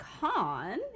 con